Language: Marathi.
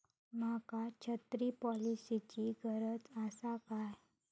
माका छत्री पॉलिसिची गरज आसा काय?